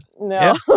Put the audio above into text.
No